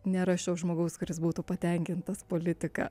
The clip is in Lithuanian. nėra šiaip žmogaus kuris būtų patenkintas politika